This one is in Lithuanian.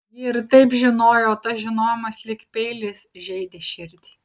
ji ir taip žinojo o tas žinojimas lyg peilis žeidė širdį